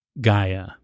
Gaia